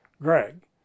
Greg